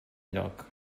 lloc